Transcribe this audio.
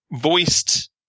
voiced